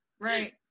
Right